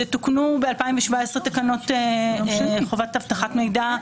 שתוקנו ב- 2017 תקנות חובת אבטחת מידע,